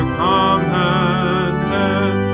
commanded